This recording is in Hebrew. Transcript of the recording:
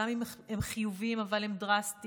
גם אם הם חיוביים אבל הם דרסטיים,